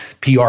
PR